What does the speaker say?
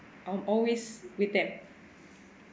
I'm always with them